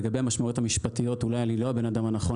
לגבי המשמעויות המשפטיות אולי אני לא האדם הנכון